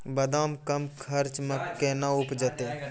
बादाम कम खर्च मे कैना उपजते?